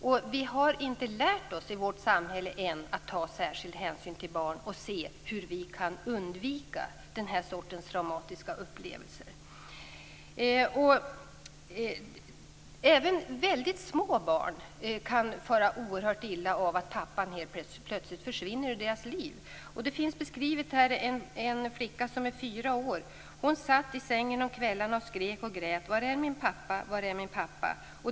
I vårt samhälle har vi ännu inte lärt oss att ta särskild hänsyn till barn och att se hur vi kan undvika den här sortens traumatiska upplevelser. Även väldigt små barn kan fara oerhört illa av att pappan helt plötsligt försvinner ur deras liv. Detta finns beskrivet i boken. En flicka som är fyra år satt i sängen om kvällarna och skrek och grät: Var är min pappa? Var är min pappa?